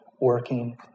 working